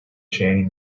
chanting